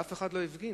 ואף אחד לא הפגין.